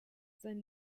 sein